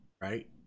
right